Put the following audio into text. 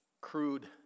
crude